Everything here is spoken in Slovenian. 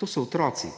To so otroci.